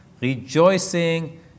rejoicing